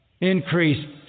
increased